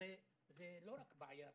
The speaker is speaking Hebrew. זה לא רק בעיה פדגוגית.